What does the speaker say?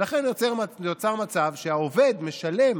ולכן נוצר מצב שהעובד משלם